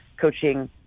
coaching